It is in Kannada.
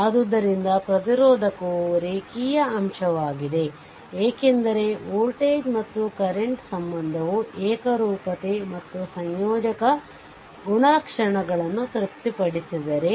ಆದ್ದರಿಂದ ಪ್ರತಿರೋಧಕವು ರೇಖೀಯ ಅಂಶವಾಗಿದೆlinear element ಏಕೆಂದರೆ ವೋಲ್ಟೇಜ್ ಮತ್ತು ಕರೆಂಟ್ ಸಂಬಂಧವು ಏಕರೂಪತೆ ಮತ್ತು ಸಂಯೋಜಕ ಗುಣಲಕ್ಷಣಗಳನ್ನು ತೃಪ್ತಿಪಡಿಸಿದರೆ